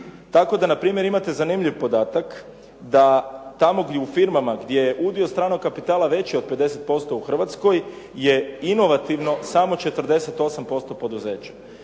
Tako da na primjer imate zanimljiv podatak da tamo u firmama gdje je udio stranog kapitala veći od 50% u Hrvatskoj je inovativno samo 48% poduzeća.